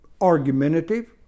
argumentative